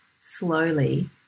slowly